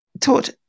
taught